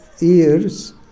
ears